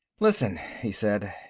listen, he said.